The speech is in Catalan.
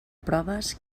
proves